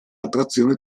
attrazione